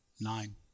Nine